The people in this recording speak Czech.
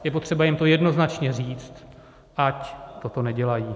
Je potřeba jim to jednoznačně říct, ať toto nedělají.